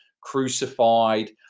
crucified